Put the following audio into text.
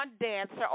Dancer